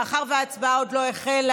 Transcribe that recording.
מאחר שההצבעה עוד לא החלה,